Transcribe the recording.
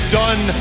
done